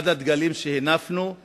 אחד הדגלים שהנפנו היה